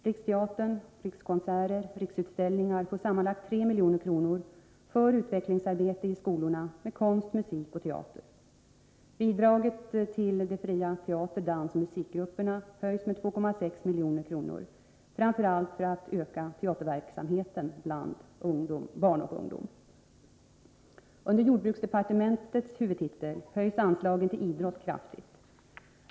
Riksteatern, Rikskonserter och Riksutställningar får sammanlagt 3 milj.kr. för utvecklingsarbete i skolorna med konst, musik och teater. Bidraget till de fria teater-, dansoch musikgrupperna höjs med 2,6 milj.kr. framför allt för att öka teaterverksamheten bland barn och ungdom. Under jordbruksdepartementets huvudtitel höjs anslagen till idrott kraftigt.